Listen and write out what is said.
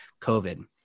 COVID